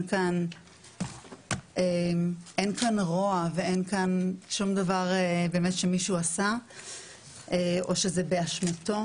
כאן רוע ואין כאן שום דבר באמת שמישהו עשה או שזה באשמתו,